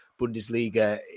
Bundesliga